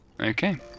Okay